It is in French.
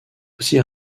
aussi